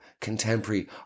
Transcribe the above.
contemporary